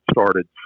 started